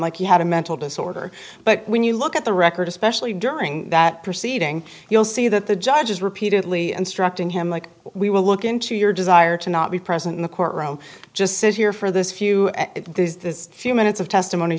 like he had a mental disorder but when you look at the record especially during that proceeding you'll see that the judges repeatedly and struck to him like we will look into your desire to not be present in the courtroom just sit here for this few days the few minutes of testimony